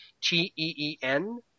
T-E-E-N